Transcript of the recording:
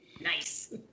nice